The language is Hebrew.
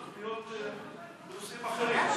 זה תוכניות בנושאים אחרים.